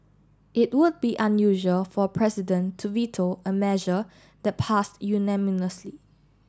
it would be unusual for a president to veto a measure that passed unanimously